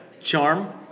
Charm